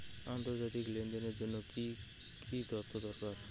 আন্তর্জাতিক লেনদেনের জন্য কি কি তথ্য দরকার?